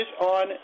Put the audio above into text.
on